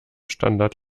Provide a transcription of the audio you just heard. standart